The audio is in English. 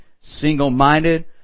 single-minded